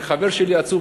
כשחבר שלי עצוב,